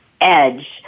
edge